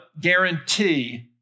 guarantee